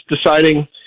deciding